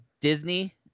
Disney